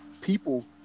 people